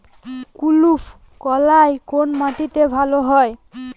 কুলত্থ কলাই কোন মাটিতে ভালো হয়?